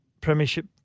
premiership